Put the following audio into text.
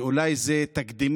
כאן שאולי זה תקדימי,